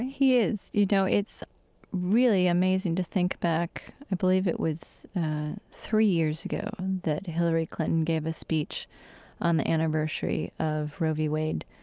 he is. you know, it's really amazing to think back, i believe it was three years ago, that hilary clinton gave a speech on the anniversary of roe v. wade,